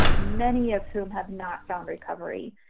many of whom have not found recovery,